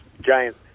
giant